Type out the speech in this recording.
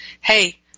Hey